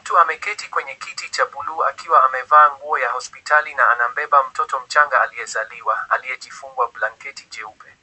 Mtu ameketi kwenye kiti cha buluu akiwa amevaa nguo ya hospitali na anambeba mtoto mchanga aliyezaliwa aliyefungwa blanketi cheupe.